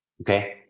okay